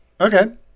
Okay